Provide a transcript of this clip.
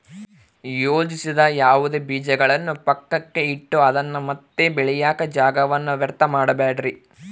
ಯೋಜಿಸದ ಯಾವುದೇ ಬೀಜಗಳನ್ನು ಪಕ್ಕಕ್ಕೆ ಇಟ್ಟು ಅದನ್ನ ಮತ್ತೆ ಬೆಳೆಯಾಕ ಜಾಗವನ್ನ ವ್ಯರ್ಥ ಮಾಡಬ್ಯಾಡ್ರಿ